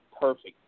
perfect